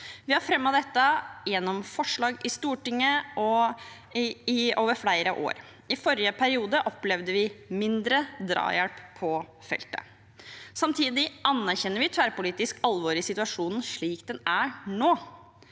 Vi har fremmet dette gjennom forslag i Stortinget over flere år. I forrige periode opplevde vi mindre drahjelp på feltet. Samtidig anerkjenner vi tverrpolitisk alvoret i situasjonen slik den er nå.